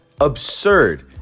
absurd